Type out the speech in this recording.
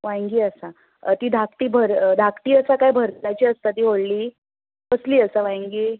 वांयंगीं आसा तीं धाकटीं भर धाकटी आसा काय भरताचीं आसता तीं व्होडलीं कसलीं आसा वांयंगीं